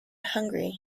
hungry